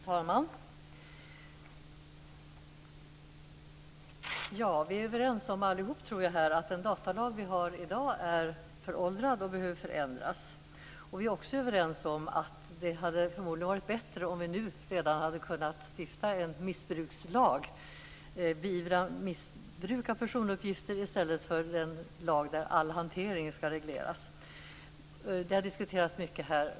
Fru talman! Jag tror att vi allihop är överens om att den datalag vi har i dag är föråldrad och behöver förändras. Vi är också överens om att det förmodligen hade varit bättre om vi redan nu hade kunnat stifta en missbrukslag som gett stöd för att beivra missbruk av personuppgifter i stället för en lag där all hantering skall regleras. Detta har diskuterats mycket här.